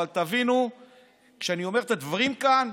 אבל כשאני אומר את הדברים כאן,